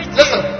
listen